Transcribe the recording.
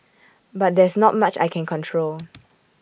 but there's not much I can control